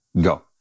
Go